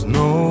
no